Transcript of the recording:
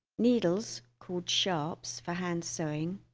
needles called sharps for hand sewing